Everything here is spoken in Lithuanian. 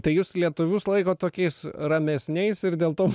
tai jus lietuvius laikot tokiais ramesniais ir dėl to